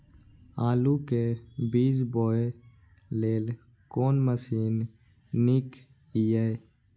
आलु के बीज बोय लेल कोन मशीन नीक ईय?